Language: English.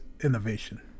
Innovation